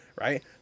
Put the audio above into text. right